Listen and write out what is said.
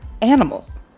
animals